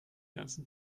ganzen